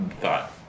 thought